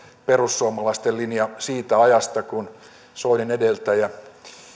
perussuomalaisten linja siitä ajasta kun soinin edeltäjä